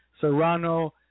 Serrano